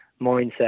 mindset